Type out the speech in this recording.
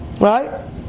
Right